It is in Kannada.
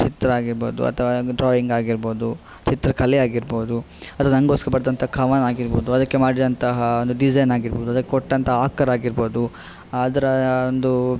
ಚಿತ್ರ ಆಗಿರಬೋದು ಅಥವಾ ಡ್ರಾಯಿಂಗ್ ಆಗಿರಬೋದು ಚಿತ್ರ ಕಲೆ ಆಗಿರಬೋದು ಅದು ನಂಗೋಸ್ಕರ ಬರೆದಂಥ ಕವನ ಆಗಿರಬೋದು ಅದ್ಕೆ ಮಾಡಿದಂತಹ ಒಂದು ಡಿಸೈನ್ ಆಗಿರಬೋದು ಅದಕ್ಕೆ ಕೊಟ್ಟಂತಹ ಆಕಾರ ಆಗಿರಬೋದು ಅದರ ಒಂದು